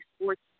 sports